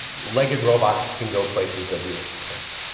legged robots can go places that wheels can't.